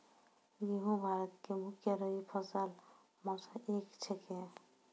गेहूँ भारत के मुख्य रब्बी फसल मॅ स एक छेकै